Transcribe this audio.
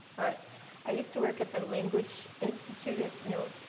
but i used to work at the language institute ah no,